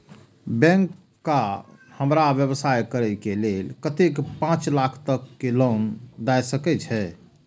Bank का हमरा व्यवसाय करें के लेल कतेक पाँच लाख तक के लोन दाय सके छे?